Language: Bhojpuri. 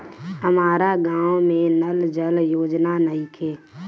हमारा गाँव मे नल जल योजना नइखे?